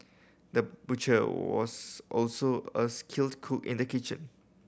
the butcher was also a skilled cook in the kitchen